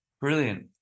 brilliant